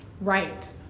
Right